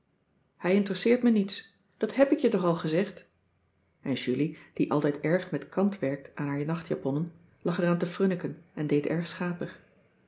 hij interesseert me niets dat hèb ik je toch al gezegd en julie die altijd erg met kant werkt aan haar nachtjaponnen lag eraan te frunniken en deed erg schapig